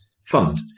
fund